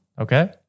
Okay